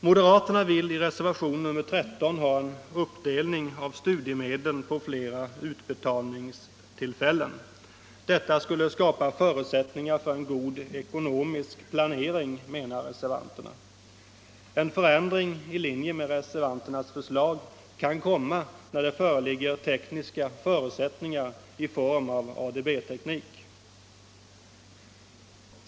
Moderaterna vill i reservationen 13 ha en uppdelning av studiemedlen på flera utbetalningstillfällen. Detta skulle skapa förutsättningar för god ekonomisk planering, menar reservanterna. En förändring i linje med reservanternas förslag kan komma, när det föreligger tekniska förutsättningar i form av ADB-teknik.